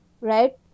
Right